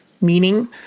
meaning